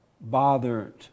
bothered